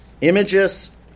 images